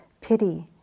pity